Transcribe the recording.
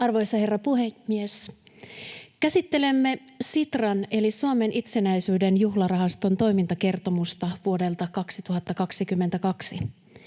Arvoisa herra puhemies! Käsittelemme Sitran eli Suomen itsenäisyyden juhlarahaston toimintakertomusta vuodelta 2022.